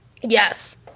Yes